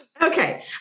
Okay